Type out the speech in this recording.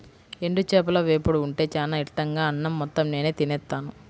ఎండు చేపల వేపుడు ఉంటే చానా ఇట్టంగా అన్నం మొత్తం నేనే తినేత్తాను